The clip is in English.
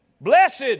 Blessed